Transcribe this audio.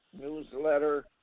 newsletter